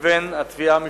לבין התביעה המשטרתית.